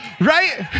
right